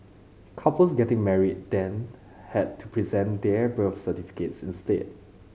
couples getting married then had to present their birth certificates instead